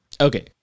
Okay